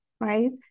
right